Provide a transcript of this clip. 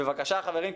חברים,